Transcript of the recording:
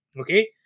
Okay